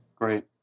Great